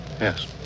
Yes